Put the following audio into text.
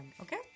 okay